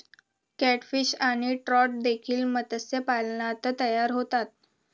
catfish आणि trout देखील मत्स्यपालनात तयार होतात